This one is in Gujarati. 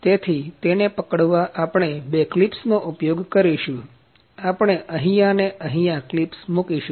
તેથી તેને પકડવા આપણે બે ક્લિપ્સનો ઉપયોગ કરીશું આપણે અહીંયા ને અહીંયા ક્લીપ્સ મૂકીશું